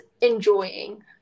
enjoying